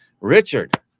richard